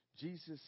Jesus